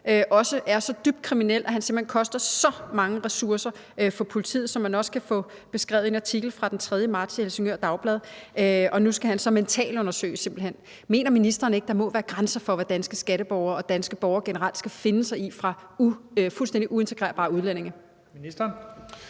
også er så dybt kriminel; at han simpelt hen koster så mange ressourcer for politiet, hvilket man også kan få beskrevet i en artikel fra den 3. marts i Helsingør Dagblad, og nu skal han så mentalundersøges. Mener ministeren ikke, at der må være grænser for, hvad danske skatteborgere og danske borgere generelt skal finde sig i fra fuldstændig uintegrerbare udlændinge? Kl.